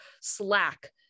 slack